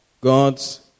God's